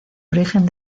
origen